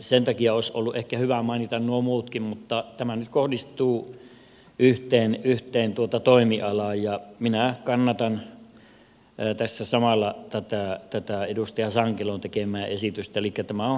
sen takia olisi ollut ehkä hyvä mainita nuo muutkin mutta tämä nyt kohdistuu yhteen toimialaan ja minä kannatan tässä samalla tätä edustaja sankelon tekemää esitystä elikkä tämä on hallituspuolueitten kesken sovittu asia